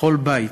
בכל בית.